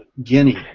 guinea.